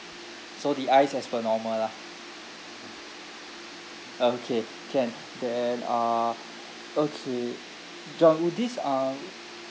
so the ice as per normal lah okay can then uh okay john would this uh